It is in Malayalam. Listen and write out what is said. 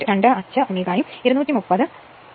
25 Ω ഉം 230 are ഉം ആണ്